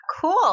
Cool